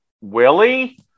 Willie